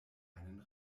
einen